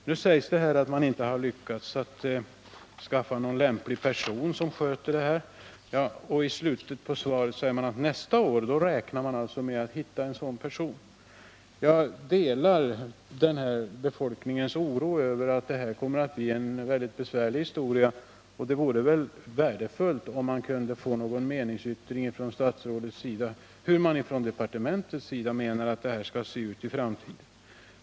Nu sägs det i svaret att man inte har lyckats skaffa någon lämplig person som sköter sysslan, men i slutet på svaret står det att verket räknar med att nästa år kunna hitta en sådan person som tar hand om postservicen. Jag delar emellertid befolkningens oro över stt detta kommer att bli en besvärlig historia. Det vore värdefullt om jag kunde få någon meningsyttring av statsrådet om hur man inom departementet anser att det skall se ut i framtiden.